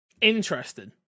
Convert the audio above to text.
Interesting